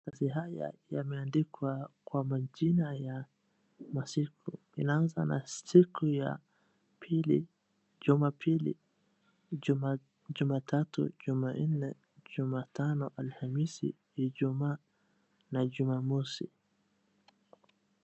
Mavazi haya yameandikwa Kwa majina ya masiku. Inaanza Kwa siku ya jumapili, jumatatu, jumanne, jumatano, alhamisi, ijumaa na jumamosi